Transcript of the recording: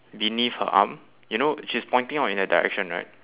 beneath her arm you know she's pointing out in that direction right